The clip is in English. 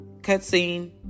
Cutscene